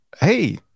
hey